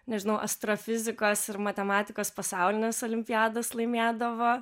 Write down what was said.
nežinau astrofizikos ir matematikos pasaulines olimpiadas laimėdavo